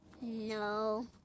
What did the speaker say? No